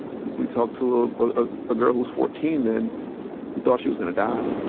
we talked to a ah ah girl who was fourteen then who thought she was gonna die.